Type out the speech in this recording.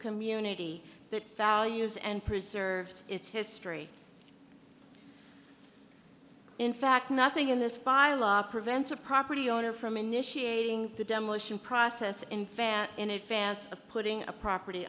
community that values and preserves its history in fact nothing in this by law prevents a property owner from initiating the demolition process in fan in advance of putting a property